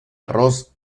garros